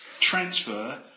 transfer